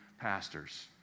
pastors